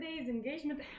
engagement